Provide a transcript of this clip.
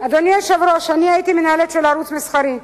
אדוני היושב-ראש, אני הייתי מנהלת של ערוץ מסחרי.